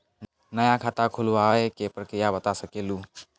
नया खाता खुलवाए के प्रक्रिया बता सके लू?